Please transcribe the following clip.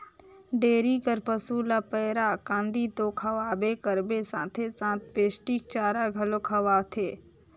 dairy कर पसू ल पैरा, कांदी तो खवाबे करबे साथे साथ पोस्टिक चारा घलो खवाथे